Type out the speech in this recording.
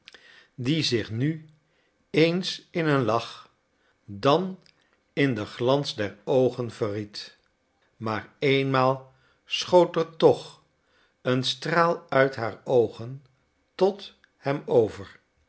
die zich nu eens in een lach dan in den glans der oogen verried maar eenmaal schoot er toch een straal uit haar oogen tot hem over